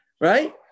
Right